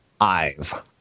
Ive